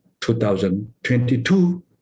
2022